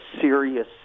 serious